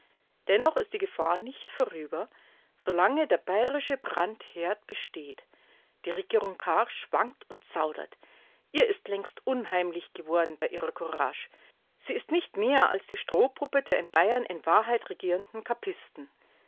dennoch ist die gefahr nicht vorüber so lange der bayerische brandherd besteht die regierung kahr schwankt und zaudert ihr ist längst unheimlich geworden bei ihrer courage sie ist nicht mehr als die strohpuppe der in bayern in wahrheit regierenden kappisten